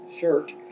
shirt